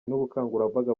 n’ubukangurambaga